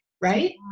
right